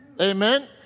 amen